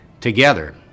together